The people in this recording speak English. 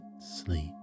sleep